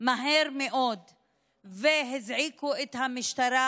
מהר מאוד והזעיקו את המשטרה,